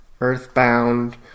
Earthbound